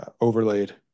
overlaid